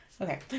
Okay